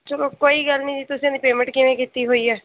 ਚੱਲੋ ਕੋਈ ਗੱਲ ਨਹੀਂ ਜੀ ਤੁਸੀਂ ਇਹਦੀ ਪੇਮੈਂਟ ਕਿਵੇਂ ਕੀਤੀ ਹੋਈ ਹੈ